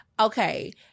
Okay